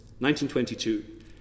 1922